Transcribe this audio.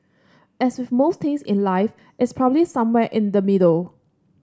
as with most things in life it's probably somewhere in the middle